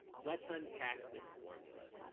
let's unpack this formula.